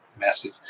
massive